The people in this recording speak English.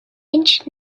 inch